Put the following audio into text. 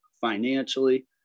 financially